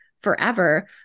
forever